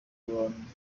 abantu